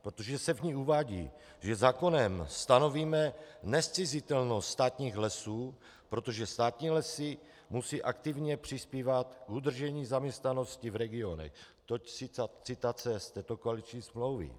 Protože se v ní uvádí, že zákonem stanovíme nezcizitelnost státních lesů, protože státní lesy musí aktivně přispívat k udržení zaměstnanosti v regionech toť citace z této koaliční smlouvy.